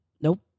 nope